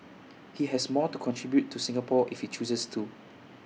he has more to contribute to Singapore if he chooses to